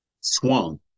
swung